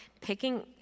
picking